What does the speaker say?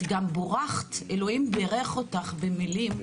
את גם בורכת, אלוקים בירך אותך במילים.